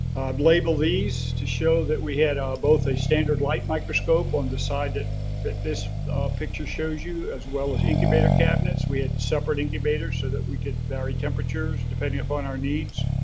i've labeled these to show that we had both a standard light microscope on the side that that this picture shows you as well as incubator cabinets. we had separate incubators so that we could vary temperatures depending upon our needs.